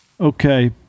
Okay